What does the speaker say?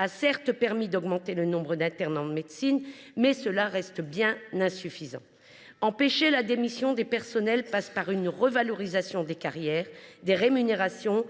a certes permis d’augmenter le nombre d’internes en médecine, mais cela reste bien insuffisant. Empêcher la démission des personnels passe par une revalorisation des carrières et des rémunérations